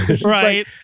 Right